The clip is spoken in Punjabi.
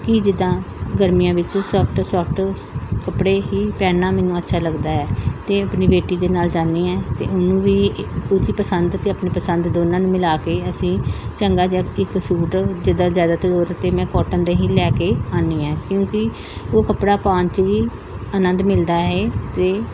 ਕਿ ਜਿੱਦਾਂ ਗਰਮੀਆਂ ਵਿੱਚ ਸੋਫਟ ਸੋਫਟ ਕੱਪੜੇ ਹੀ ਪਹਿਨਣਾ ਮੈਨੂੰ ਅੱਛਾ ਲੱਗਦਾ ਹੈ ਅਤੇ ਆਪਣੀ ਬੇਟੀ ਦੇ ਨਾਲ ਜਾਂਦੀ ਐ ਅਤੇ ਉਹਨੂੰ ਵੀ ਉਹਦੀ ਪਸੰਦ ਅਤੇ ਆਪਣੀ ਪਸੰਦ ਦੋਨਾਂ ਨੂੰ ਮਿਲਾ ਕੇ ਅਸੀਂ ਚੰਗਾ ਜਿਹਾ ਇੱਕ ਸੂਟ ਜਿੱਦਾਂ ਜ਼ਿਆਦਾਤਰ ਤੌਰ 'ਤੇ ਮੈਂ ਕੋਟਨ ਦੇ ਹੀ ਲੈ ਕੇ ਆਉਂਦੀ ਹਾਂ ਕਿਉਂਕਿ ਉਹ ਕੱਪੜਾ ਪਾਉਣ 'ਚ ਵੀ ਆਨੰਦ ਮਿਲਦਾ ਹੈ ਅਤੇ